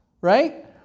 Right